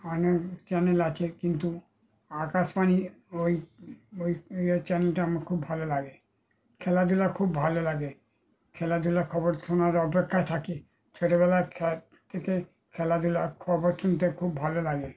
অনেক চ্যানেল আছে কিন্তু আকাশবাণী ওই ওই ওই ইয়ে চ্যানেলটা আমার খুব ভালো লাগে খেলাধুলা খুব ভালো লাগে খেলাধুলার খবর শোনার অপেক্ষায় থাকি ছোটবেলা খ্যা থেকে খেলাধুলার খবর শুনতে খুব ভালো লাগে